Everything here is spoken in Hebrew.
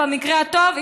במקרה הטוב,